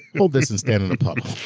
hold this and stand in a puddle. i